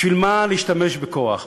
בשביל מה להשתמש בכוח?